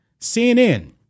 CNN